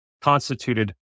constituted